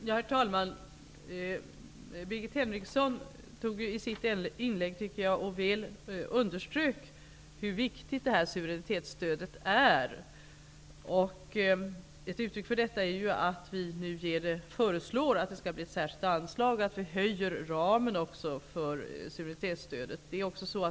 Herr talman! Birgit Henriksson underströk väl, tycker jag, hur viktigt suveränitetsstödet är. Ett uttryck för detta är att vi nu föreslår att det skall bli ett särskilt anslag och att vi också höjer ramen för suveränitetsstödet.